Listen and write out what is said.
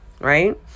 right